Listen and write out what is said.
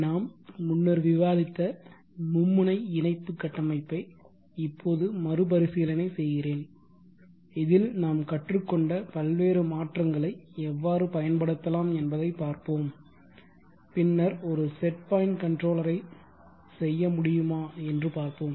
நாம் முன்னர் விவாதித்த மும்முனை இணைப்பு கட்டமைப்பை இப்போது மறுபரிசீலனை செய்கிறேன் இதில் நாம் கற்றுக்கொண்ட பல்வேறு மாற்றங்களை எவ்வாறு பயன்படுத்தலாம் என்பதைப் பார்ப்போம் பின்னர் ஒரு செட் பாயிண்ட் கன்ட்ரோலரை செய்ய முடியுமா என்று பார்ப்போம்